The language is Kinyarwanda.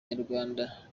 nyarwanda